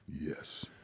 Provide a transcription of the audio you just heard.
Yes